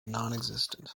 nonexistent